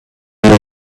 you